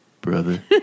brother